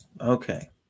Okay